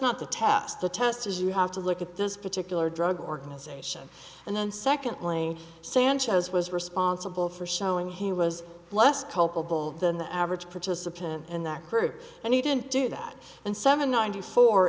not the test the test is you have to look at this particular drug organization and then secondly sanchez was responsible for showing he was less culpable than the average participant in that group and he didn't do that and seven ninety four